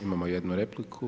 Imamo jednu repliku.